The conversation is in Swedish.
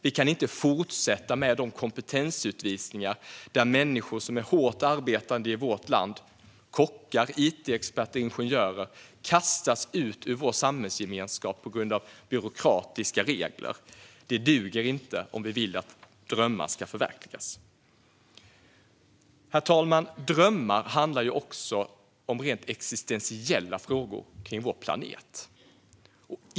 Vi kan inte fortsätta med de kompetensutvisningar som innebär att människor som är hårt arbetande i vårt land - kockar, it-experter och ingenjörer - kastas ut ur vår samhällsgemenskap på grund av byråkratiska regler. Det duger inte om vi vill att drömmar ska förverkligas. Herr talman! Drömmar handlar också om rent existentiella frågor kring vår planet.